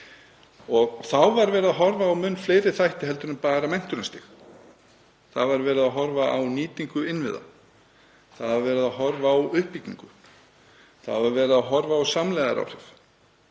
Þá var horft á mun fleiri þætti en bara menntunarstig. Það var verið að horfa á nýtingu innviða, það var verið að horfa á uppbyggingu, það var verið að horfa á samlegðaráhrif